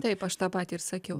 taip aš tą patį ir sakiau